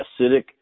acidic